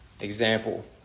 example